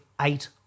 eight